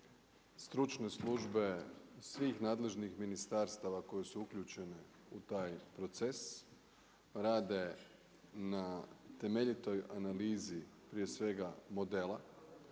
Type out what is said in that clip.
stručne službe svih nadležnih ministarstava koji su uključene u taj proces rade na temeljitoj analizi prije svega modela